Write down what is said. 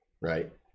Right